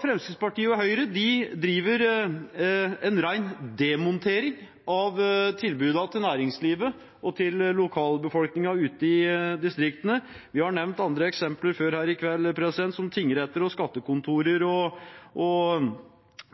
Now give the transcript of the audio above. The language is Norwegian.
Fremskrittspartiet og Høyre driver en ren demontering av tilbudene til næringslivet og lokalbefolkningen ute i distriktene. Vi har nevnt andre eksempler før her i kveld, som tingretter og skattekontor. Nå diskuterer vi trafikkstasjoner.